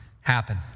happen